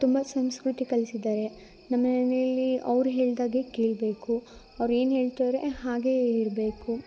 ತುಂಬ ಸಂಸ್ಕೃತಿ ಕಲಿಸಿದ್ದಾರೆ ನಮ್ಮಮನೇಲಿ ಅವ್ರು ಹೇಳ್ದಾಗೆ ಕೇಳಬೇಕು ಅವ್ರು ಏನು ಹೇಳ್ತಾವ್ರೆ ಹಾಗೆ ಇರಬೇಕು